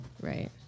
right